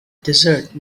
desert